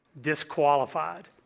disqualified